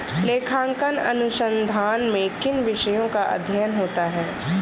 लेखांकन अनुसंधान में किन विषयों का अध्ययन होता है?